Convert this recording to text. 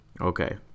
okay